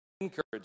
encourage